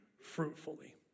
fruitfully